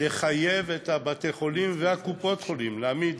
לחייב את בתי-החולים וקופות-החולים להעמיד,